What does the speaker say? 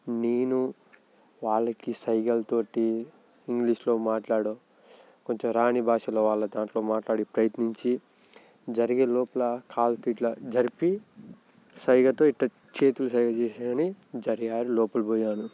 నేను వాళ్ళకి సైగలతోటి ఇంగ్లీషులో మాట్లాడో కొంచెం రాని భాషలో వాళ్ళతో అట్లా మాట్లాడి ప్రయత్నించి జరిగే లోపల కాలితో ఇట్లా జరిపి సైగతో ఇట్లా చేతులు సైగ చేశా కానీ జరిగారు లోపలికి పోయాము